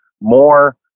more